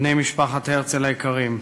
בני משפחת הרצל היקרים,